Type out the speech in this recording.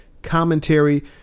Commentary